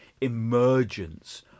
emergence